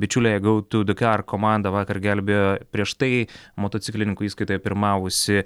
bičiulė i go to dacar komanda vakar gelbėjo prieš tai motociklininkų įskaitoje pirmavusį